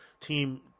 team